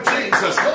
Jesus